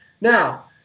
Now